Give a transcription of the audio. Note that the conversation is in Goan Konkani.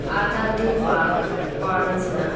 आदार दिवपाक कोणूच ना